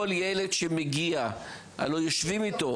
כל ילד שמגיע לדברים שגרתיים,